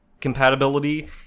compatibility